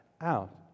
out